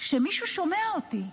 שמישהו שומע אותי,